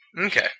Okay